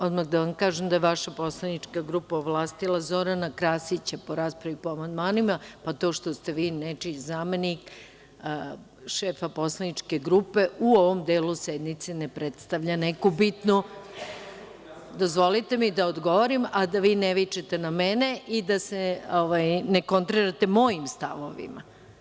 Odmah da vam kažem da je vaša poslanička grupa ovlastila Zorana Krasića po raspravi po amandmanima, a to što ste vi nečiji zamenik, šefa poslaničke grupe, u ovom delu sednice ne predstavlja neku bitnu … (Nemanja Šarović: Ja sam se javio po Poslovniku…) Dozvolite mi da odgovorim, a da vi ne vičete na mene i da ne kontrirate mojim stavovima.